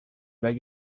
beg